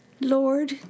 Lord